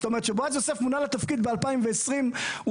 זאת אומרת כשבועז יוסף מונה לתפקיד ב-2020 הוא